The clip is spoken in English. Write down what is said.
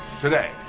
today